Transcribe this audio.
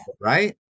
Right